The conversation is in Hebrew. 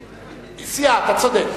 סיעה, אתה צודק,